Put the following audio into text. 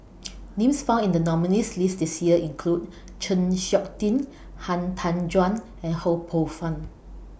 Names found in The nominees' list This Year include Chng Seok Tin Han Tan Juan and Ho Poh Fun